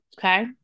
okay